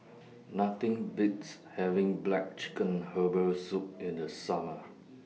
Nothing Beats having Black Chicken Herbal Soup in The Summer